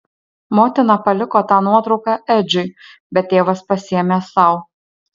motina paliko tą nuotrauką edžiui bet tėvas pasiėmė sau